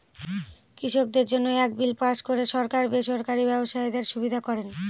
কৃষকদের জন্য এক বিল পাস করে সরকার বেসরকারি ব্যবসায়ীদের সুবিধা করেন